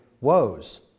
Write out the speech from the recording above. woes